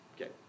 Okay